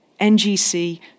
NGC